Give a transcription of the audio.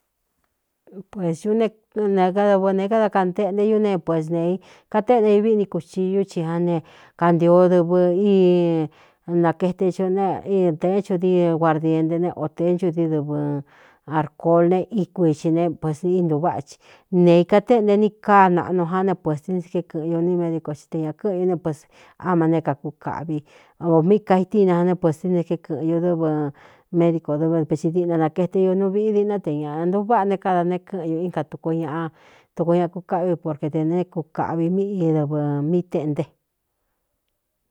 Pues ñu ne nēé káda kaꞌanteꞌnte ñú ne puésnēei katéꞌente ñuví ini kuciú chi án ne kantio dɨvɨ nakaete o e taé chudíi guardiente ne o tēé nchudí dɨvɨ arcol ne íkui xi ne pesn intuváꞌa ci neei katéꞌente ni káa naꞌnu ján ne puēsti niské kɨ̄ꞌɨn ñu ni médico tite ñā kɨ́ꞌɨn ñú né ps áma ne kākúkaꞌvi omíꞌī kaitina jané pēstɨ nis ké kɨ̄ꞌɨn ñu dɨ́vɨ médico dɨvpresi diꞌna nakaete iunuu viꞌí diꞌná te ñāꞌa ña ntuváꞌa ne kada néé kɨ̄ꞌɨn ñu inka tuku ñaꞌa tuku ñaꞌa kúkáꞌví porke tē né kukaꞌvi míꞌ i dɨvɨ̄ mí teꞌnte.